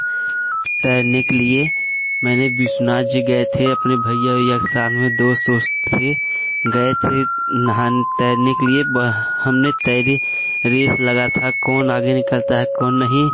तैरने के लिए मैंने विश्वनाथ जी गए थे अपने भइया वइया साथ में दोस्त वोस्त थे गए थे नहाने तैरने के लिए वहाँ हमने तैरे रेस लगा था कौन आगे निकलता है कौन नहीं